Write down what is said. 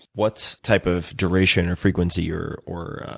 what type of duration or frequency or or